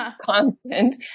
constant